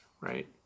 right